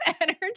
energy